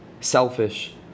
selfish